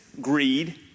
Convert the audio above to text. greed